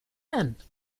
and